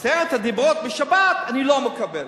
ועשרת הדיברות, שבת אני לא מקבל.